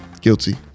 Guilty